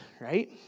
right